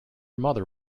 mother